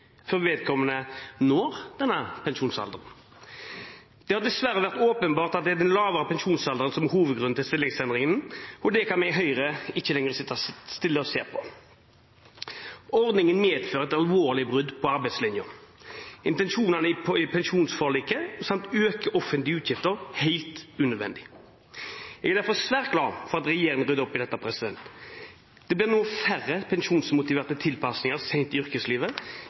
før vedkommende når pensjonsalderen. Det har dessverre vært åpenbart at det er den lave pensjonsalderen som er hovedgrunnen til stillingsendringen, og det kan vi i Høyre ikke lenger sitte stille og se på. Ordningen medfører et alvorlig brudd på arbeidslinjen og intensjonene i pensjonsforliket samt øker offentlige utgifter helt unødvendig. Jeg er derfor svært glad for at regjeringen rydder opp i dette. Det blir nå færre pensjonsmotiverte tilpasninger sent i yrkeslivet